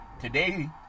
today